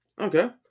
Okay